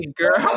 girl